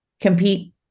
compete